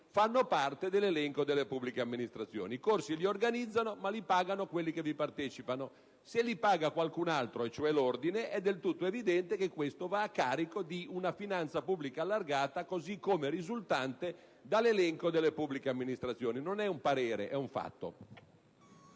fanno parte dell'elenco delle pubbliche amministrazioni. Organizzano i corsi, ma li pagano quelli che vi partecipano: se li paga qualcun altro, cioè l'ordine, è del tutto evidente che questo va a carico di una finanza pubblica allargata così come risultante dall'elenco delle pubbliche amministrazioni. Non è un parere, è un fatto.